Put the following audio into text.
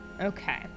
Okay